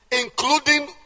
Including